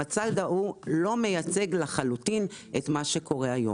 המצב ההוא לחלוטין לא מייצג את מה שקורה היום.